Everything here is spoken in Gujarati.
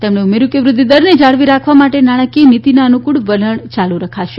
તેમણે ઉમેર્યું કે વૃદ્વિદરને જાળવી રાખવા માટે નાણાકીય નીતિના અનુકૂળ વલણ ચાલુ રાખશે